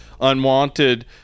unwanted